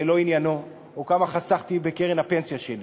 זה לא עניינו, או כמה חסכתי בקרן הפנסיה שלי.